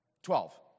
Twelve